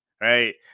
right